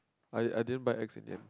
I I didn't buy X in the end